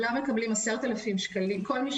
כל מי